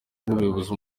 nk’umuyobozi